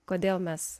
kodėl mes